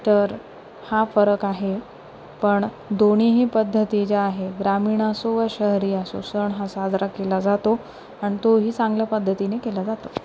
तर हा फरक आहे पण दोन्हीही पद्धती ज्या आहे ग्रामीण असो व शहरी असो सण हा साजरा केला जातो आणि तोही चांगल्या पद्धतीने केला जातो